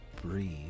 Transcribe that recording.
breathe